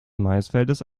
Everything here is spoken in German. maisfeldes